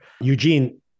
Eugene